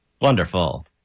Wonderful